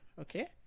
Okay